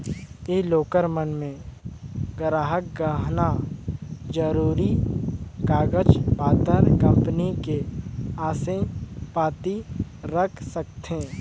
ये लॉकर मन मे गराहक गहना, जरूरी कागज पतर, कंपनी के असे पाती रख सकथें